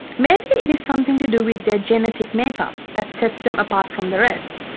maybe it is something to do with their genetic make-up that sets them apart from the rest,